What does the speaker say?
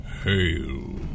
Hail